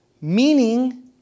meaning